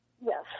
Yes